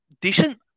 decent